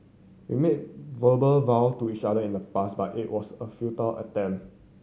we made verbal vow to each other in the past but it was a futile attempt